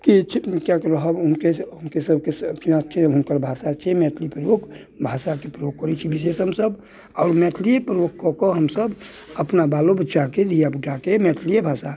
किछु कै कऽ रहब हुनके सभ हुनके सभके हुनकर भाषा छियै मैथिली प्रयोग भाषाके प्रयोग करैत छी विशेष हमसभ आओर मैथिलीए के प्रयोग कऽ कऽ हमसभ अपना बालोबच्चाके धिआपुताके मैथिलीए भाषा